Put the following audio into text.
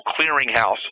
clearinghouse